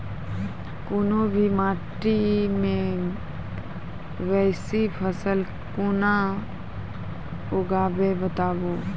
कूनू भी माटि मे बेसी फसल कूना उगैबै, बताबू?